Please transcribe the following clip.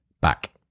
back